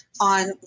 on